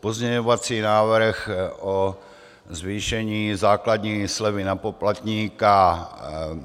Pozměňovací návrh o zvýšení základní slevy na poplatníka,